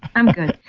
i'm good.